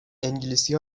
انگلیسی